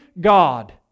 God